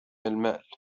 المال